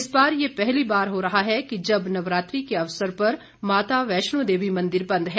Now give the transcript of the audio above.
इस बार यह पहली बार हो रहा है जब नवरात्रि के अवसर पर माता वैष्णो देवी मंदिर बंद है